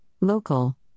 local